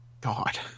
God